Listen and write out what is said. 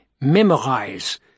memorize